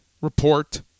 report